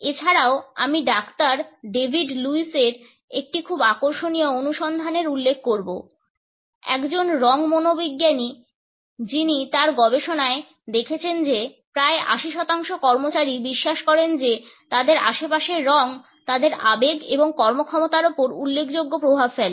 এছাড়াও আমি ডাক্তার ডেভিড লুইসের একটি খুব আকর্ষণীয় অনুসন্ধানের উল্লেখ করব একজন রঙ মনোবিজ্ঞানী যিনি তার গবেষণায় দেখেছেন যে প্রায় 80 শতাংশ কর্মচারী বিশ্বাস করেন যে তাদের আশেপাশের রঙ তাদের আবেগ এবং কর্মক্ষমতার উপর উল্লেখযোগ্য প্রভাব ফেলে